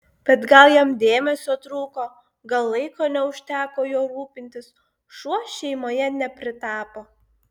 bet gal jam dėmesio trūko gal laiko neužteko juo rūpintis šuo šeimoje nepritapo